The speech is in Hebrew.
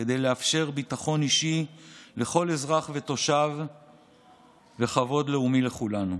כדי לאפשר ביטחון אישי לכל אזרח ותושב וכבוד לאומי לכולנו.